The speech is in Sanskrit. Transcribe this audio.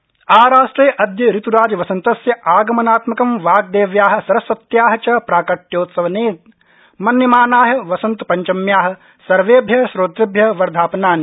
वसन्त पंचमी आराष्ट्रे अदय ऋत्राजवसन्तस्य आगमनात्मकं वाम्देव्या सरस्वत्या च प्राकट्योत्सवत्वेन मन्यमानाया वसन्त पंचम्या सर्वेभ्य श्रोतृभ्य वर्धापनानि